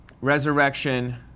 resurrection